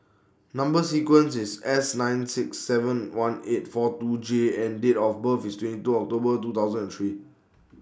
Number sequence IS S nine six seven one eight four two J and Date of birth IS twenty two October two thousand and three